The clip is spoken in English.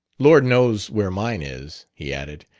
lord knows where mine is, he added,